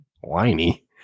whiny